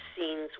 scenes